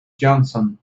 johnson